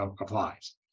applies